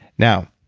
now,